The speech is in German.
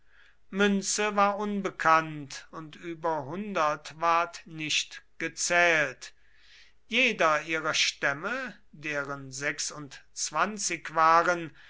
münze war unbekannt und über hundert ward nicht gezählt jeder ihrer stämme deren sechsundzwanzig waren